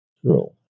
True